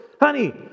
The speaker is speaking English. Honey